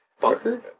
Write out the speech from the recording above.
Bunker